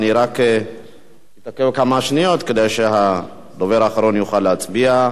אני רק אתן כמה שניות כדי שהדובר האחרון יוכל להצביע.